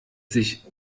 sich